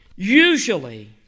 Usually